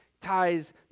ties